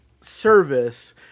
service